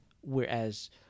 Whereas